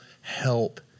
help